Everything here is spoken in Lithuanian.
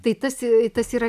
tai tas tas yra